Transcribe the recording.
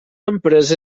empresa